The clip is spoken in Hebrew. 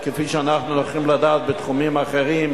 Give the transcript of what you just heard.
כפי שאנחנו נוכחים לדעת בתחומים אחרים,